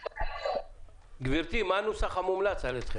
הוא מורה לנהגים להוביל,